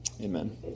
Amen